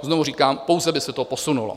Znovu říkám, pouze by se to posunulo.